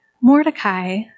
Mordecai